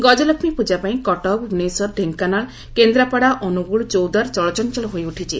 ଗଜଲକ୍ଷ୍କୀ ପୂଜା ପାଇଁ କଟକ ଭୁବନେଶ୍ୱର ଢେଙ୍କାନାଳ କେନ୍ଦ୍ରାପଡ଼ା ଅନୁଗୁଳ ଚୌଦ୍ୱାର ଚଳଚଞଳ ହୋଇଉଠିଛି